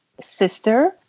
sister